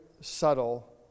subtle